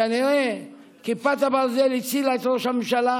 כנראה כיפת הברזל הצילה את ראש הממשלה